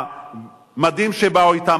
המדים שבאו אתם,